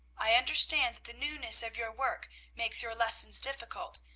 i understand that the newness of your work makes your lessons difficult,